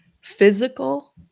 Physical